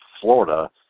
Florida